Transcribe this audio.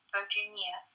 Virginia